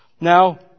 Now